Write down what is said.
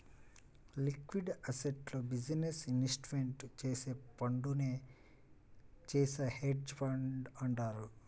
liquid అసెట్స్లో business investment చేసే ఫండునే చేసే హెడ్జ్ ఫండ్ అంటారు